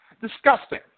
Disgusting